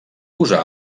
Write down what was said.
posà